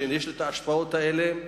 שיש ההשפעות האלה.